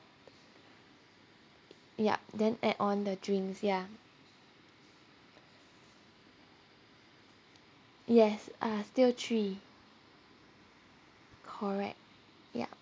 yup then add on the drinks ya yes ah still three correct ya